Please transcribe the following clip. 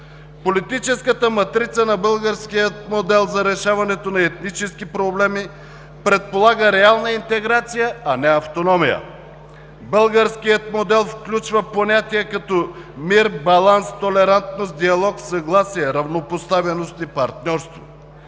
Политическата матрица на българския модел за решаването на етнически проблеми предполага реална интеграция, а не автономия. Българският модел включва понятия като мир, баланс, толерантност, диалог, съгласие, равнопоставеност и партньорство.